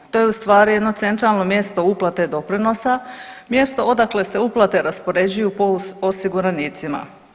To je u stvari jedno centralno mjesto uplate doprinosa, mjesto odakle se uplate raspoređuju po osiguranicima.